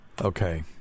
Okay